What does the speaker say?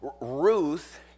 Ruth